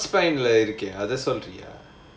ah இருக்கே அத சொல்றியா:irukkae adha solriyaa